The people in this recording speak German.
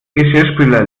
geschirrspüler